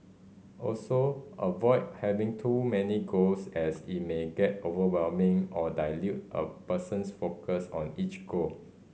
also avoid having too many goals as it may get overwhelming or dilute a person's focus on each goal